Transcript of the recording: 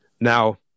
Now